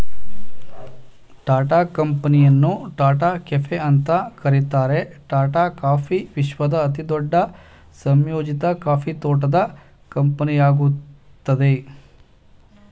ಟಾಟಾ ಕಾಫಿಯನ್ನು ಟಾಟಾ ಕೆಫೆ ಅಂತ ಕರೀತಾರೆ ಟಾಟಾ ಕಾಫಿ ವಿಶ್ವದ ಅತಿದೊಡ್ಡ ಸಂಯೋಜಿತ ಕಾಫಿ ತೋಟದ ಕಂಪನಿಯಾಗಯ್ತೆ